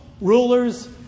rulers